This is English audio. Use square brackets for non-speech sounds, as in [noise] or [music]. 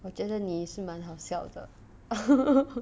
我觉得你是蛮好笑的 [laughs]